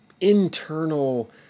internal